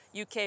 UK